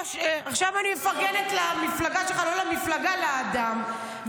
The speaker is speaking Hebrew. עכשיו אני מפרגנת למפלגה שלך, לא למפלגה, לאדם.